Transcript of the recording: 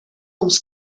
ums